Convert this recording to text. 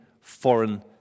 foreign